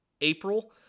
April